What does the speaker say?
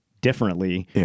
differently